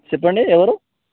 చెప్పండి ఎవరు